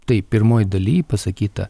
taip pirmoj daly pasakyta